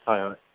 হয় হয়